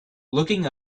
looking